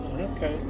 Okay